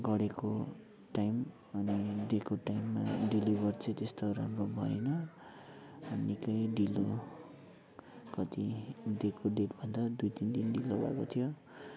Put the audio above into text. गरेको टाइम अनि दिएको टाइममा डेलिभर चाहिँ त्यस्तो राम्रो भएन निकै ढिलो कति दिएको डेटभन्दा दुई तिन दिन ढिलो भएको थियो